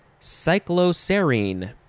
cycloserine